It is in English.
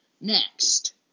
Next